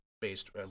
based